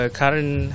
current